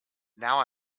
now